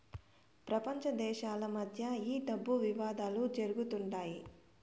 ప్రపంచ దేశాల మధ్య ఈ డబ్బు వివాదాలు జరుగుతుంటాయి